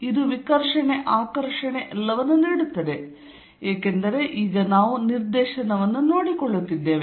ಇದು ವಿಕರ್ಷಣೆ ಆಕರ್ಷಣೆ ಎಲ್ಲವನ್ನೂ ನೀಡುತ್ತದೆ ಏಕೆಂದರೆ ಈಗ ನಾವು ನಿರ್ದೇಶನವನ್ನು ನೋಡಿಕೊಳ್ಳುತ್ತಿದ್ದೇವೆ